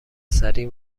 سریع